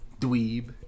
Dweeb